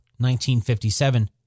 1957